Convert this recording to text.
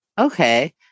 okay